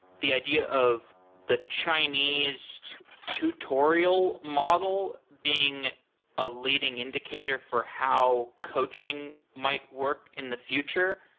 the idea of the chinese tutorial model being a leading indicator for how coaching might work in the future,